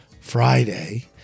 Friday